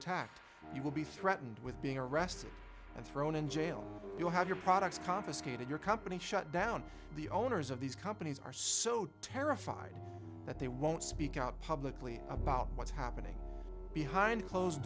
attacked you will be threatened with being arrested and thrown in jail you'll have your products confiscated your company shut down the owners of these companies are so terrified that they won't speak out publicly about what's happening behind closed